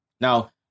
Now